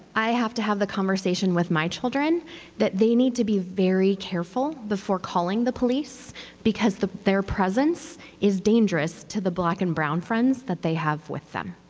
i have to have the conversation with my children that they need to be very careful before calling the police because their presence is dangerous to the black and brown friends that they have with them.